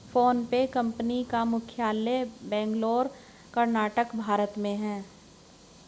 PhonePe company का मुख्यालय बेंगलुरु कर्नाटक भारत में है